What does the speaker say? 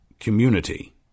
community